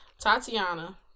Tatiana